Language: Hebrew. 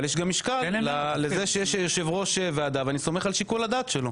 אבל יש גם משקל לזה שיש יושב ראש ועדה ואני סומך על שיקול הדעת שלו.